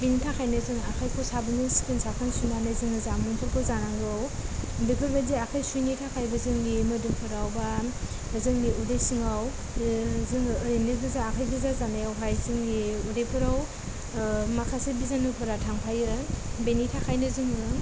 बेनि थाखायनो जों आखाइखौ साबोनजों सिखोन साखोन सुनानै जोङो जामुंफोरखौ जानांगौ बेफोरबायदि आखाइ सुयैनि थाखायबो जोंनि मोदोमफोराव बा जोंनि उदै सिङाव जोङो ओरैनो गोजा आखाय गोजा जानायाव जोंनि उदैफोराव माखासे बिजानुफोरा थांफायो बेनि थाखायनो जोङो